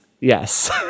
Yes